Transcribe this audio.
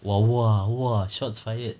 !wah! !wah! !wah! !wah! shots fired